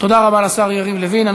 תודה רבה לשר יריב לוין.